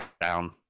down